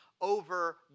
over